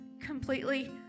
completely